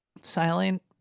Silent